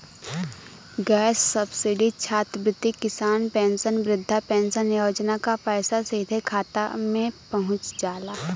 gas subsidy छात्रवृत्ति किसान pension वृद्धा पेंशन योजना क पैसा सीधे खाता में पहुंच जाला